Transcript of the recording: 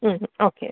ம் ஓகே